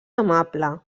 amable